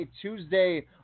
Tuesday